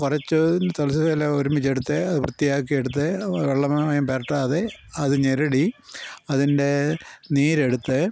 കുറച്ച് തുളസിയില ഒരുമിച്ചെടുത്ത് വൃത്തിയാക്കി എടുത്ത് വെള്ളമയം പുരട്ടാതെ അത് ഞെരടി അതിൻ്റെ നീരെടുത്ത്